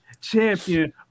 Champion